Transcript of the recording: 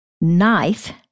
knife